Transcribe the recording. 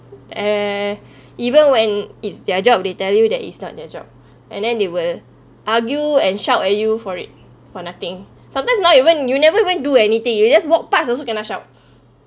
eh even when it's their job they tell you that is not their job and then they will argue and shout at you for it for nothing sometimes not even you never even do anything you just walk pass also kena shout